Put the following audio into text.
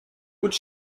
would